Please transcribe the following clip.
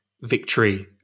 victory